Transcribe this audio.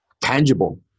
tangible